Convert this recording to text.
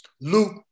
Luke